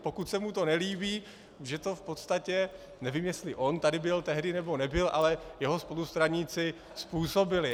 Pokud se mu to nelíbí, že to v podstatě, nevím, jestli on tady byl tehdy, nebo nebyl, ale jeho spolustraníci způsobili.